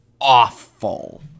awful